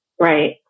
Right